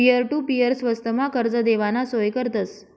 peer to peer स्वस्तमा कर्ज देवाना सोय करतस